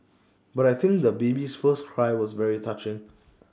but I think the baby's first cry was very touching